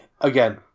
again